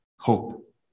Hope